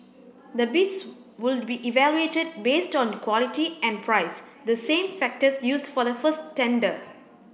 the bids would be evaluated based on quality and price the same factors used for the first tender